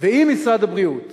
ועם משרד הבריאות